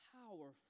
powerful